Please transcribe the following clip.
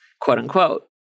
quote-unquote